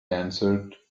answered